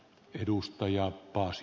arvoisa puhemies